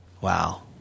Wow